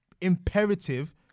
imperative